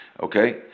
Okay